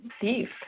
thief